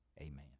Amen